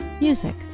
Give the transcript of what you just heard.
Music